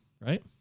right